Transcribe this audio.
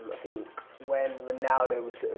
ah think when ronaldo was